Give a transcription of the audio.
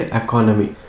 economy